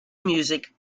music